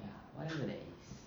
ya whatever that is